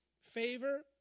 Favor